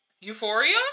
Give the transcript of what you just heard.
Euphoria